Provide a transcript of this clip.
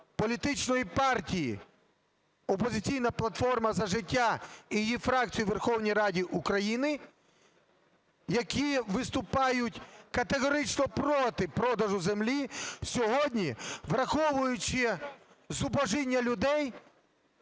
політичної партії "Опозиційна платформа - За життя" і її фракції у Верховній Раді України, які виступають категорично проти продажу землі сьогодні, враховуючи зубожіння людей